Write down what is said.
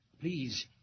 Please